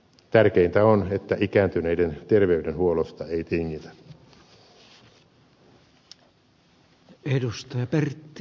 tärkeintä on että ikääntyneiden terveydenhuollosta ei tingitä